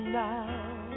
now